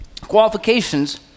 qualifications